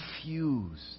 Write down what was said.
confused